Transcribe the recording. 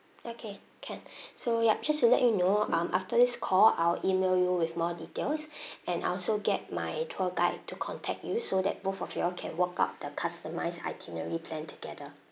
okay can so yup just to let you know um after this call I will email you with more details and I'll also get my tour guide to contact you all so that both of you can work out the customised itinerary plan together